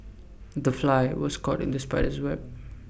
the fly was caught in the spider's web